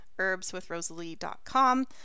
herbswithrosalie.com